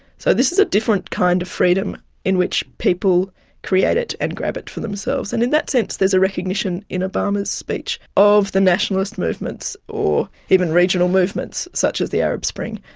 so this is a different kind of freedom in which people create it and grab it for themselves, and in that sense there is a recognition in obama's speech of the nationalist movements or even regional movements such as the arab spring.